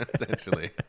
Essentially